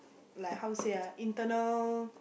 like how to say ah internal